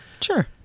Sure